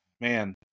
man